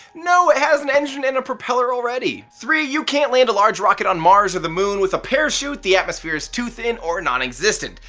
no it has an engine and a propeller already! three you can't land a large rocket on mars or the moon with a parachute, the atmosphere is too thin or nonexistent.